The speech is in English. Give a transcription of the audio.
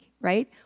right